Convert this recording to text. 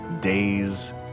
Days